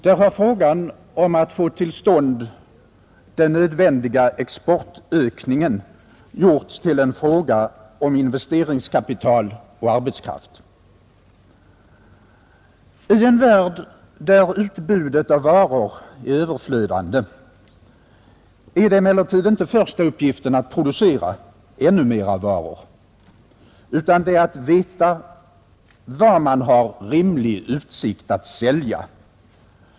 Där har frågan om att få till stånd en nödvändig exportökning gjorts till en fråga om investeringskapital och arbetskraft. I en värld där utbudet av varor är överflödande är emellertid inte första uppgiften att producera ännu mera varor, utan det är att veta var man har rimlig utsikt att sälja.